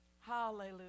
Hallelujah